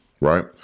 right